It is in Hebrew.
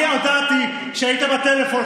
אני הודעתי כשהיית בטלפון,